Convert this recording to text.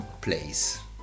place